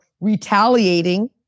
retaliating